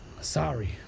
Sorry